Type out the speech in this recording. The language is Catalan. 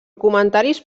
comentaris